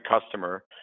customer